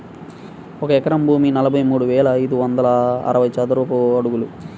ఒక ఎకరం భూమి నలభై మూడు వేల ఐదు వందల అరవై చదరపు అడుగులు